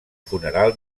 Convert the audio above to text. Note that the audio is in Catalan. funeral